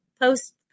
Post